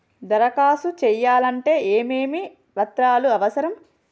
దరఖాస్తు చేయాలంటే ఏమేమి పత్రాలు అవసరం?